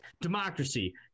Democracy